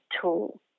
tool